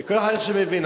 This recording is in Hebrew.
כל אחד איך שהוא מבין.